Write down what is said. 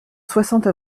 soixante